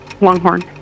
Longhorn